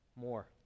more